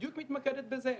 בדיוק מתמקדת בזה.